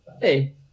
Hey